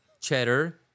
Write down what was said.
Cheddar